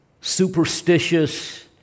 superstitious